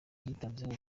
yitanzeho